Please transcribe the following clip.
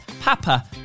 Papa